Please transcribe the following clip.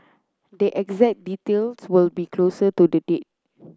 the exact details will be closer to the date